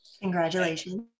Congratulations